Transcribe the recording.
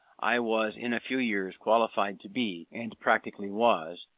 i was in a few years qualified to be, and practically was,